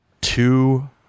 Two